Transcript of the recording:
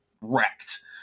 wrecked